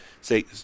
say